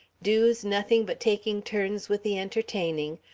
dues nothing but taking turns with the entertaining,